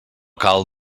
cal